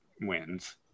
wins